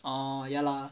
orh ya lah